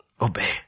obey